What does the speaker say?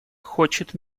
хочет